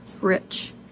rich